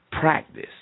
practice